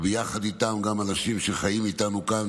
ביחד איתם אנשים שחיים איתנו כאן,